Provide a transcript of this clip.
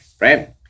right